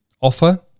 offer